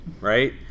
right